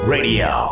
Radio